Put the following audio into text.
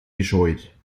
gescheut